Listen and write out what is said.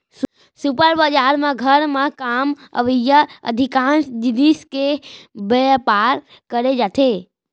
super बजार म घर म काम अवइया अधिकांस जिनिस के बयपार करे जाथे